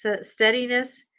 steadiness